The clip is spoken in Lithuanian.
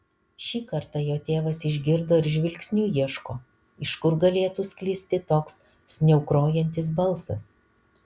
šį kartą jo tėvas išgirdo ir žvilgsniu ieško iš kur galėtų sklisti toks sniaukrojantis balsas